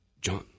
John